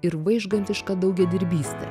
ir vaižgantišką daugiadirbystę